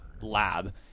lab